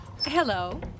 Hello